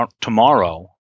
tomorrow